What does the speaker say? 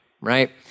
Right